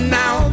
now